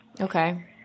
Okay